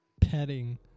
Petting